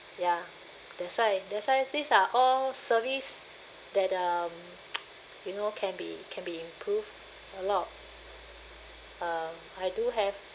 ya that's why that's why these are all service that uh you know can be can be improved a lot um I do have